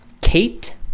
Kate